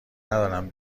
ندارم